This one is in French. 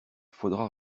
faudra